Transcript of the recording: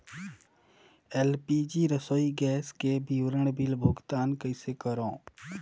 LPG रसोई gas के विवरण बिल भुगतान कइसे करों?